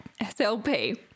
SLP